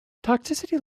toxicity